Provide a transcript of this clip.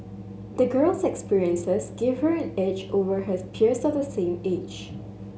the girl's experiences gave her an edge over her peers of the same age